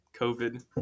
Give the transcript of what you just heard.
COVID